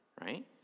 right